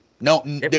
No